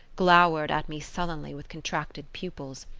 glowered at me sullenly with contracted pupils.